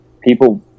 people